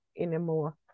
anymore